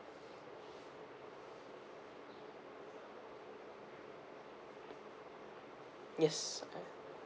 yes